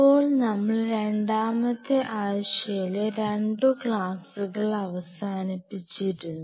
അപ്പോൾ നമ്മൾ രണ്ടാമത്തെ ആഴ്ചയിലെ 2 ക്ലാസുകൾ അവസാനിപ്പിച്ചിരുന്നു